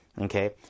okay